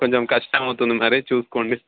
కొంచెం కష్టం అవుతుంది మరి చూసుకోండి